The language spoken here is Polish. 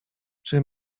czy